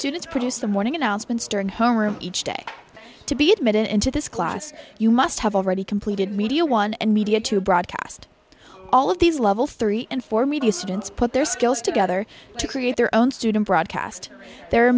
students produce the morning announcements during homeroom each day to be admitted into this class you must have already completed media one and media to broadcast all of these level three and four media students put their skills together to create their own student broadcast there are